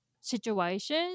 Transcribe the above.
situation